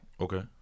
Okay